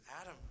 Adam